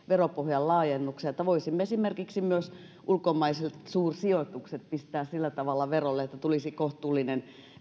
veropohjan laajennuksia jotta voisimme myös esimerkiksi ulkomaiset suursijoitukset pistää sillä tavalla verolle että tulisi kohtuullinen